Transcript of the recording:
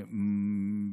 כימים.